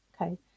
okay